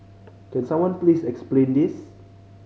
can someone please explain this